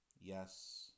Yes